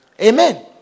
Amen